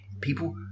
people